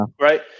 Right